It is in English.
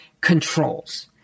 controls